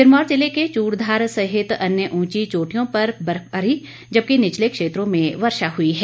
सिरमौर जिले के चूड़धार सहित अन्य ऊंची चोटियों पर बर्फबारी जबकि निचले क्षेत्रों में वर्षा हुई है